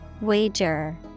Wager